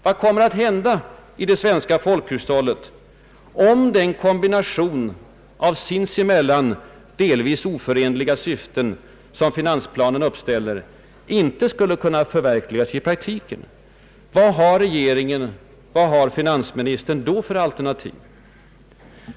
Vad kommer att hända i det svenska folkhushållet, om den kombination av sinsemellan delvis oförenliga syften som finansplanen uppställer inte skulle kunna förverkligas i praktiken? Vad har regeringen och vad har finansministern då för alternativ?